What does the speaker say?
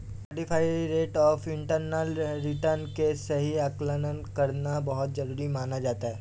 modified rate of internal return के सही आकलन करना बहुत जरुरी माना जाता है